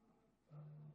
דקות, אדוני.